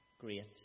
great